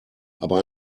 aber